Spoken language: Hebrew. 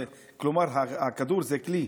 כלומר, הכדור זה כלי.